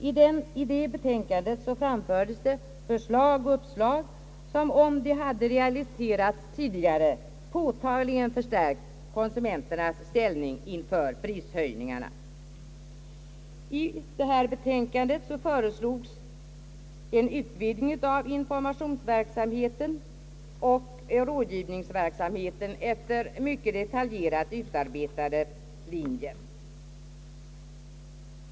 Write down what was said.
I det betänkandet framfördes förslag och uppslag som, om de hade realiserats tidigare, påtagligt förstärkt konsumenternas ställning inför prishöjningarna. I detta betänkande föreslogs en utvidgning av informationsoch rådgivningsverksamheten efter mycket detaljerat utarbetade linjer.